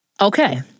Okay